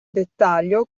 dettaglio